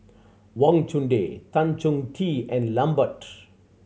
Wang Chunde Tan Chong Tee and Lambert